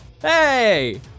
Hey